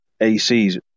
AC's